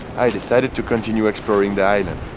i decided to continue exploring the island.